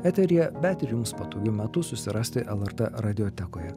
eteryje bet ir jums patogiu metu susirasti lrt radiotekoje